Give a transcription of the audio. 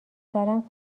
سالم